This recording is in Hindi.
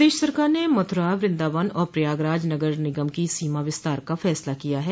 प्रदेश सरकार ने मथुरा वृन्दावन और प्रयागराज नगर निगम की सीमा विस्तार का फैसला किया है